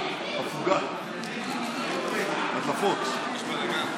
מקובל לחבק אותו, לגשת אליו וכו'.